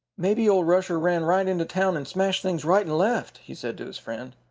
maybe old rusher ran right into town and smashed things right and left, he said to his friend.